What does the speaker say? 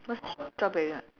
what's strawberry what